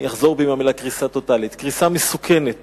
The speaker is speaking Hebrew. אני אחזור בי מהמלה "קריסה טוטלית"; קריסה מסוכנת